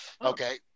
Okay